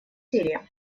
сирии